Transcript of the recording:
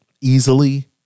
easily